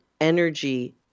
energy